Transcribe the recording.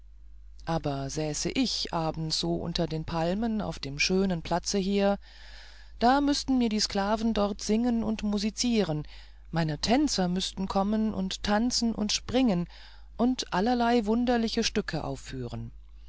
aber säße ich abends so unter den palmen auf dem schönen platze hier da müßten mir die sklaven dort singen und musizieren meine tänzer müßten kommen und tanzen und springen und allerlei wunderliche stücke aufführen